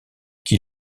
qui